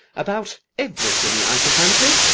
about everything, i should fancy.